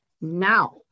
now